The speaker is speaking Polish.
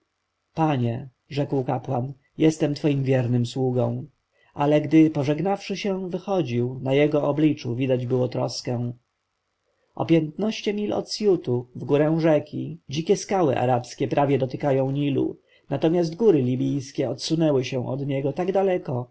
panie rzekł kapłan jestem twoim wiernym sługą ale gdy pożegnawszy się wychodził na jego obliczu widać było troskę o piętnaście mil od siutu wgórę rzeki dzikie skały arabskie prawie dotykają nilu natomiast góry libijskie odsunęły się od niego tak daleko